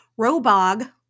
Robog